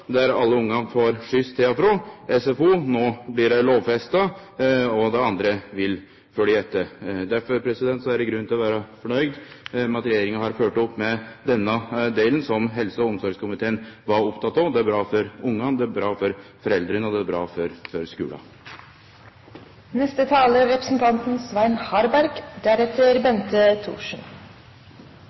der alle ungane får skyss til og frå SFO. No blir det lovfesta, og dei andre vil følgje etter. Derfor er det grunn til å vere fornøgd med at regjeringa har følgt opp denne delen som den førre helse- og omsorgskomiteen var oppteken av. Det er bra for ungane, det er bra for foreldra, og det er bra for